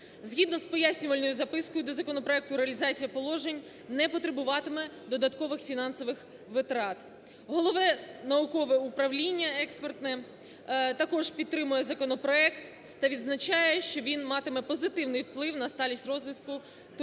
Згідно з пояснювальною запискою до законопроекту, реалізація положень не потребуватиме додаткових фінансових витрат. Головне наукове управління експертне також підтримує законопроект та відзначає, що він матиме позитивний вплив на сталість розвитку туристичної